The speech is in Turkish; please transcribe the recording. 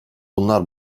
bunlar